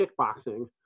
kickboxing